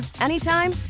anytime